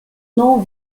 nom